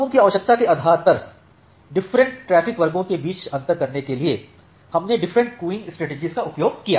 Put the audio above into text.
अब उनकी आवश्यकता के आधार पर इस डिफरेंट ट्रैफिक वर्गों के बीच अंतर करने के लिए हमने डिफरेंट क्यूइंग स्ट्रेटेजी का उपयोग किया